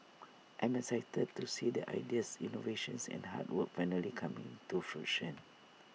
I'm excited to see the ideas innovations and hard work finally coming to fruition